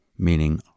meaning